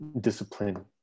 discipline